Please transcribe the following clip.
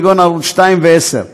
כגון ערוץ 2 וערוץ 10,